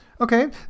Okay